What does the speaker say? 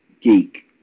geek